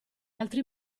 altri